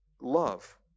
love